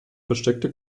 versteckte